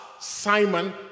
Simon